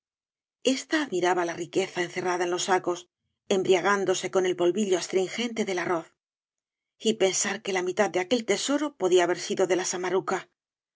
esta admiraba la riqueza encerrada en los sacos embriagándose con el polvillo astringente del arroz y pensar que la mitad de aquel tesoro podía haber sido de la samarucal